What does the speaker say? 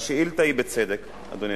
והשאילתא היא בצדק, אדוני